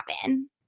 happen